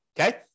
okay